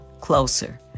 closer